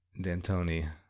D'Antoni